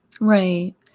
Right